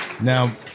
now